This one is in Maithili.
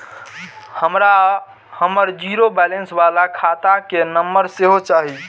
हमरा हमर जीरो बैलेंस बाला खाता के नम्बर सेहो चाही